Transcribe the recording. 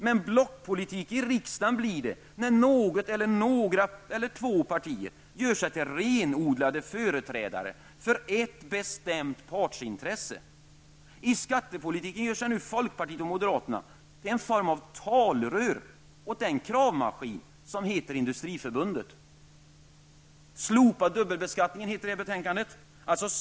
Men blockpolitik i riksdagen blir det när partier gör sig till renodlade företrädare för ett bestämt partsintresse. I skattepolitiken gör sig nu folkpartiet och moderaterna till en form av talrör åt den kravmaskin som heter Industriförbundet. Slopa dubbelbeskattningen, heter det i detta betänkande.